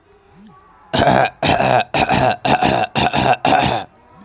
भूजलक वितरण मे विषमता देखबा मे अबैत अछि